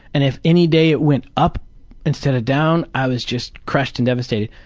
and if any day it went up instead of down, i was just crushed and devastated.